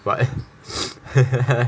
what